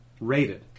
rated